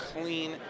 clean